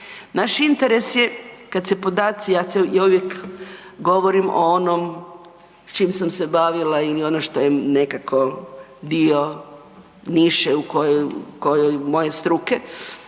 Naš interes je kad se podaci, ja uvijek govorim o onom s čim sam se bavila ili ono što je nekako dio niše u kojoj, u kojoj, moje struke,